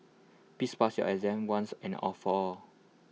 please pass your exam once and all for all